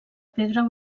pedra